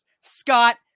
Scott